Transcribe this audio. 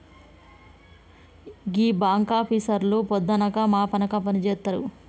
గీ బాంకాపీసర్లు పొద్దనక మాపనక పనిజేత్తరు